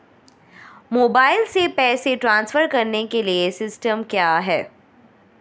Mobile से पैसे transfer करने के लिए सिस्टम क्या है?